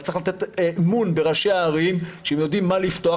צריך לתת אמון בראשי הערים שהם יודעים מה לפתוח